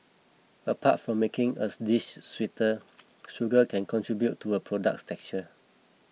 apart from making as dish sweeter sugar can contribute to a product's texture